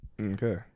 Okay